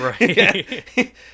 Right